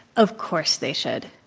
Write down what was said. of course they should.